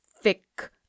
thick